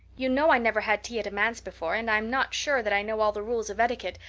you know i never had tea at a manse before, and i'm not sure that i know all the rules of etiquette,